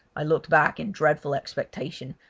i looked back in dreadful expectation,